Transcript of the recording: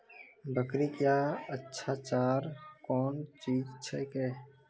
बकरी क्या अच्छा चार कौन चीज छै के?